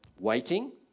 waiting